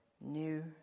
new